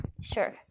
Sure